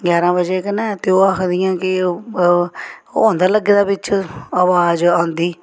ग्यारां बजे कन्नै ते ओह् आखदियां के ओह् होंदा लग्गे दा बिच्च अवाज आंदी